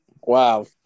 Wow